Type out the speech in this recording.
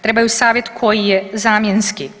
Trebaju savjet koji je zamjenski.